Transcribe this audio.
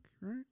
right